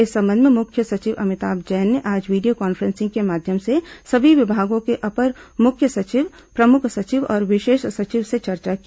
इस संबंध में मुख्य सचिव अमिताभ जैन ने आज वीडियो कॉन्फ्रेंसिंग के माध्यम से सभी विभागों के अपर मुख्य सचिव प्रमुख सचिव और विशेष सचिव से चर्चा की